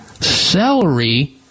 celery